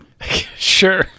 Sure